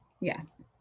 Yes